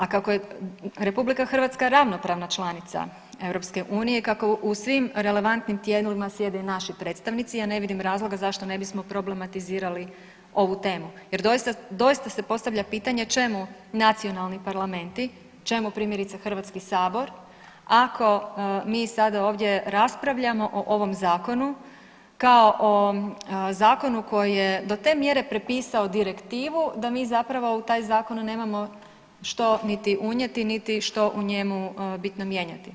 A kako je RH ravnopravna članica EU, kako u svim relevantnim tijelima sjede i naši predstavnici ja ne vidim razloga zašto ne bismo problematizirali ovu temu jer doista, doista se postavlja pitanje čemu nacionalni parlamenti, čemu primjerice HS ako mi sada ovdje raspravljamo o ovom zakonu kao o zakonu koji je do te mjere prepisao direktivu da mi zapravo u taj zakon nemamo što niti unijeti, niti što u njemu bitno mijenjati.